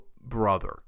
brother